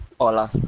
hola